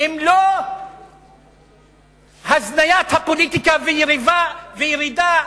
אם לא הזניית הפוליטיקה וירידה?